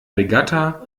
regatta